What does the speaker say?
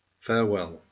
Farewell